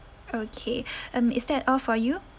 okay um is that all for you